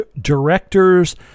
directors